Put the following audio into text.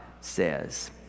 says